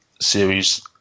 series